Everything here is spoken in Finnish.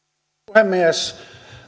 puhemies